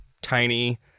tiny